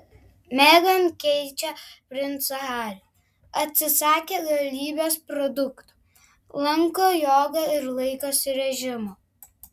meghan keičia princą harį atsisakė galybės produktų lanko jogą ir laikosi režimo